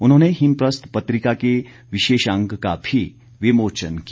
उन्होंने हिमप्रस्थ पत्रिका के विशेषांक का भी विमोचन किया